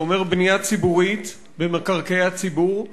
זה אומר בנייה ציבורית במקרקעי הציבור.